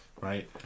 Right